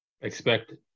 Expected